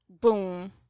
Boom